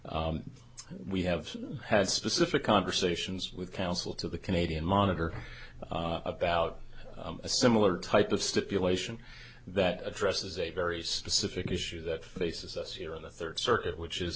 forward we have had specific conversations with counsel to the canadian monitor about a similar type of stipulation that addresses a very specific issue that faces us here in the third circuit which is